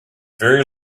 very